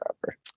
forever